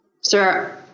Sir